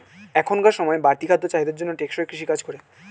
এখনকার সময়ের বাড়তি খাদ্য চাহিদার জন্য টেকসই কৃষি কাজ করে